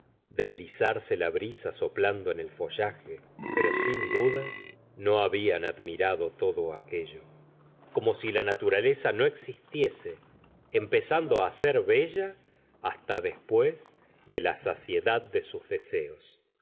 deslizarse la brisa soplando en el follaje pero sin duda no hablan admirado todo aquello como si la naturaleza no existiese empezando á ser bella hasta después de la saciedad de sus deseos